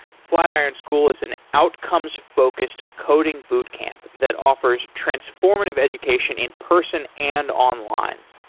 flatiron school is an outcomes-focused coding boot camp that offers transformative education in person and online.